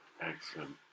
Excellent